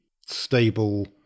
stable